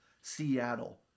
Seattle